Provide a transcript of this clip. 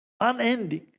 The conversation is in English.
unending